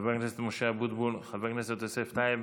חבר הכנסת משה אבוטבול, חבר הכנסת יוסף טייב